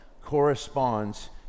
corresponds